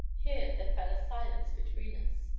here there fell a silence between us,